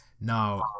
Now